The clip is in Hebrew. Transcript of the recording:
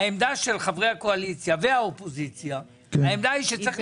העמדה של חברי הקואליציה והאופוזיציה היא שצריך